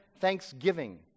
thanksgiving